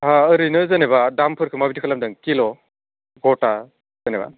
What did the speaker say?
हा ओरैनो जेनोबा दामफोरखौ माबादि खालामदों किल' गथा जेनोबा